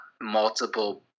multiple